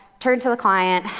turned to the client,